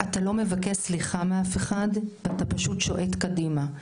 אתה לא מבקש סליחה מאף אחד, אתה פשוט שועט קדימה,